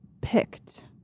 picked